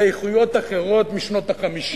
על איכויות אחרות מאלה של שנות ה-50.